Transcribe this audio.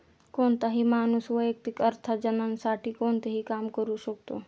कोणताही माणूस वैयक्तिक अर्थार्जनासाठी कोणतेही काम करू शकतो